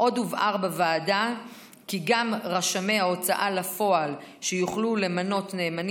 עוד הובהר בוועדה כי גם רשמי ההוצאה לפועל שיוכלו למנות נאמנים